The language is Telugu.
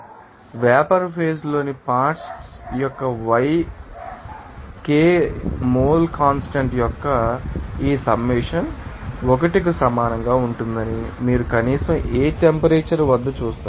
కాబట్టి వేపర్ పేజీలోని పార్ట్శ్ యొక్క yi as Ki mole constant యొక్క ఈ సమ్మషన్ 1 కు సమానంగా ఉంటుందని మీరు కనీసం ఏ టెంపరేచర్ వద్ద చూస్తారు